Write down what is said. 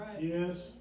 Yes